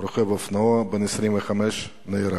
רוכב אופנוע בן 25 נהרג,